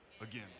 again